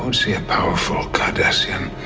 um see a powerful cardassian.